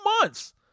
months